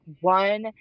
one